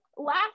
last